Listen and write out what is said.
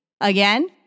Again